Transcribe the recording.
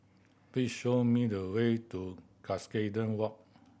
please show me the way to Cuscaden Walk